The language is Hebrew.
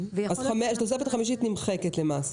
התוספת החמישית נמחקת.